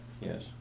Yes